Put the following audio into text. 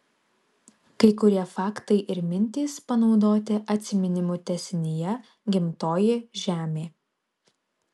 kai kurie faktai ir mintys panaudoti atsiminimų tęsinyje gimtoji žemė